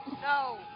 No